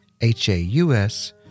H-A-U-S